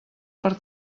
per